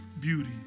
beauty